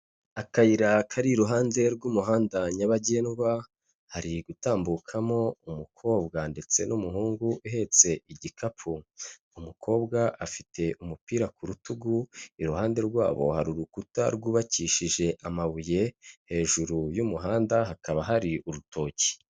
Akayira kari iruhande rw'umuhanda nyabagendwa, hari gutambukamo umukobwa ndetse n'umuhungu uhetse igikapu, umukobwa afite umupira ku rutugu, iruhande rwabo hari urukuta rwubakishije amabuye hejuru y'umuhanda hakaba hari urutoki.